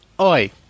Oi